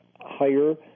higher